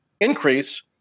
increase